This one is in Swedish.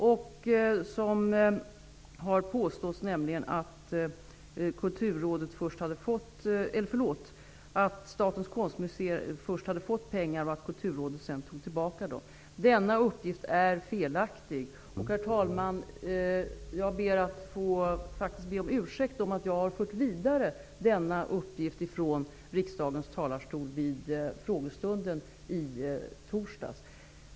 Det har nämligen påståtts att Statens konstmuseer först hade fått pengar och att Kulturrådet sedan tog tillbaka dem. Denna uppgift är felaktig. Herr talman! Jag ber faktiskt om ursäkt för att jag från riksdagens talarstol vid frågestunden i torsdags förde den uppgiften vidare.